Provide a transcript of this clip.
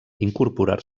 incorporar